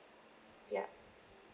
yup